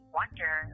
wonder